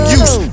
use